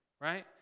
right